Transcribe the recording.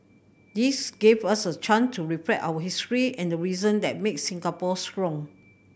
this gave us a chance to reflect our history and the reason that made Singapore strong